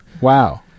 Wow